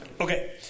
Okay